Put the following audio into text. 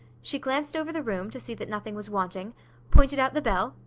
she glanced over the room, to see that nothing was wanting pointed out the bell,